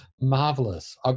marvelous